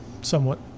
somewhat